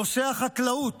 נושא החקלאות